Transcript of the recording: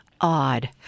odd